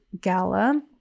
Gala